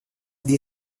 been